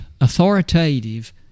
authoritative